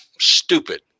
stupid